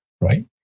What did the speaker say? right